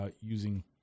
using